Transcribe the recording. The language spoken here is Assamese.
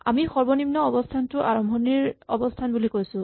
আমি সৰ্বনিম্ন অৱস্হানটো আৰম্ভণিৰ অৱস্হান বুলি কৈছো